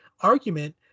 argument